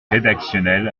rédactionnel